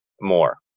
more